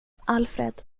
alfred